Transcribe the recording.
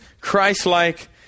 Christ-like